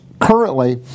currently